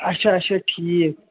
اچھا اچھا ٹھیٖک